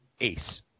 ace